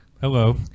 Hello